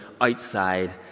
outside